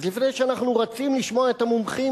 אז לפני שאנחנו רצים לשמוע את המומחים